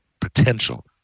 potential